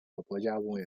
国家公园